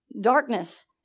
darkness